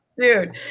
dude